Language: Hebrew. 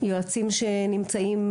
יועצים שנמצאים,